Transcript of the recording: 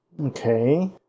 Okay